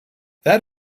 that